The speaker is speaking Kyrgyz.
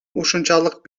ушунчалык